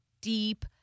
deep